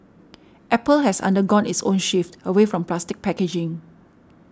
Apple has undergone its own shift away from plastic packaging